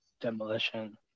Demolition